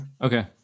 Okay